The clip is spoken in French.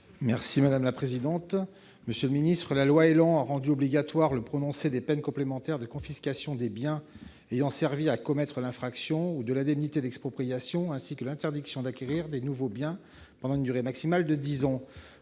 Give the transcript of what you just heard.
: La parole est à M. Éric Gold. La loi ÉLAN a rendu obligatoire le prononcé des peines complémentaires de confiscation des biens ayant servi à commettre l'infraction, ou de l'indemnité d'expropriation, ainsi que l'interdiction d'acquérir des nouveaux biens pendant une durée maximale de dix ans.